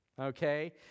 Okay